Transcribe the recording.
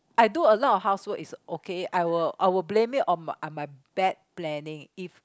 I do a lot of housework is okay I will I will blame it on my on my bad planning if